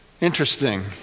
Interesting